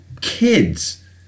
kids